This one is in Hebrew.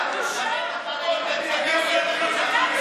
תתבייש לך.